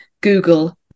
google